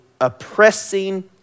oppressing